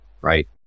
right